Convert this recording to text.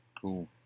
Cool